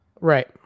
Right